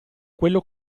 quello